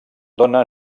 dóna